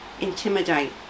intimidate